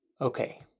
Okay